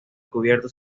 cubierta